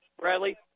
Bradley